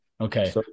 Okay